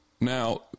Now